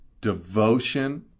devotion